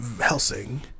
Helsing